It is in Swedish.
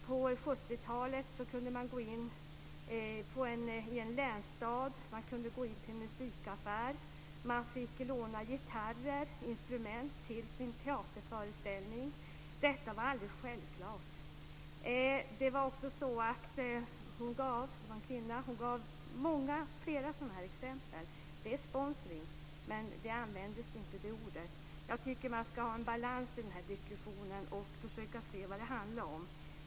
På 70-talet kunde man i en länsstad gå in i en musikaffär och få låna gitarrer och andra instrument till sin teaterföreställning. Detta var alldeles självklart. Hon gav - det var en kvinna - flera sådana exempel. Det är sponsring, men det ordet användes inte. Jag tycker att man ska ha en balans i diskussionen och försöka se vad det handlar om.